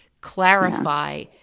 clarify